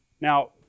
Now